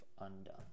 undone